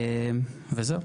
וזהו.